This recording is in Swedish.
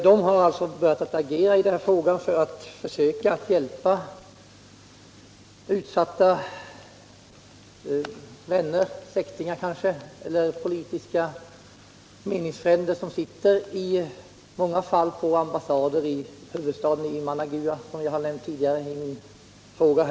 De har börjat agera i den här frågan för att försöka hjälpa utsatta vänner, släktingar och politiska meningsfränder, som i många fall uppe håller sig på ambassader i huvudstaden Managua, som jag nämnt i min fråga.